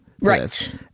Right